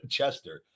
Chester